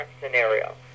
scenario